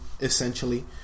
essentially